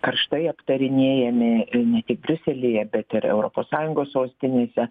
karštai aptarinėjami ne tik briuselyje bet ir europos sąjungos sostinėse